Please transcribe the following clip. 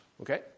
Okay